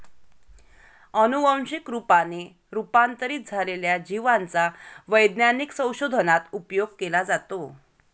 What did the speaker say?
अनुवंशिक रूपाने रूपांतरित झालेल्या जिवांचा वैज्ञानिक संशोधनात उपयोग केला जातो